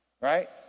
right